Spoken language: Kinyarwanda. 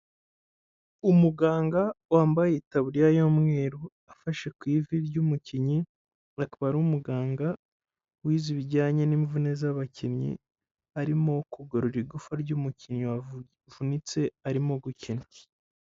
Umuganga wambaye itaburiya y'umweru, afashe ku ivi ry'umukinnyi, akaba ari umuganga wize ibijyanye n'imvune z'abakinnyi, arimo kugarura igufwa ry'umukinnyi wavunitse arimo gukina.